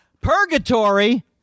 Purgatory